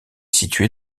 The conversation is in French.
situé